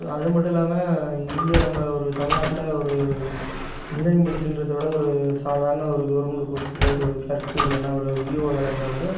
so அது மட்டும் இல்லாமல் இங்கே நம்ம ஒரு தமிழ் நாட்டில் ஒரு இன்ஜினியரிங் படிச்சோன்றத விட ஒரு சாதாரண ஒரு கவர்மெண்ட் போஸ்ட்டிங்கில் ஒரு கிளர்க்கு இல்லைன்னா ஒரு விஏஓ வேலை இருந்தால் கூட